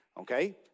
Okay